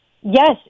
Yes